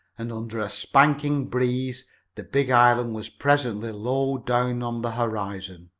and under a spanking breeze the big island was presently low down on the horizon.